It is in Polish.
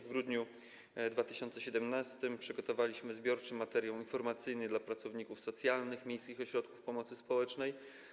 W grudniu 2017 r. przygotowaliśmy zbiorczy materiał informacyjny dla pracowników socjalnych miejskich ośrodków pomocy społecznej.